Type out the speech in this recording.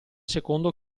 secondo